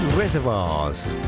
Reservoirs